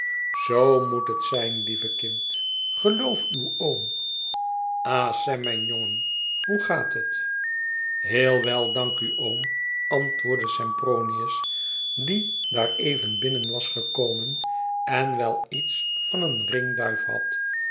zoo moet het zijn lieve kind geloof uw oom ah sem mijn jongen hoe gaat het heel wel dank u oom antwoordde sempronius die daar even binnen was gekomen en wel iets van een ringduif had